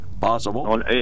Possible